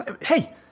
Hey